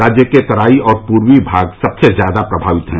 राज्य के तराई और पूर्वी भाग सबसे ज्यादा प्रभावित हैं